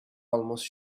almost